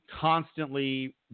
constantly